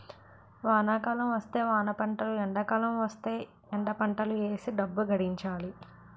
వానాకాలం వస్తే వానపంటలు ఎండాకాలం వస్తేయ్ ఎండపంటలు ఏసీ డబ్బు గడించాలి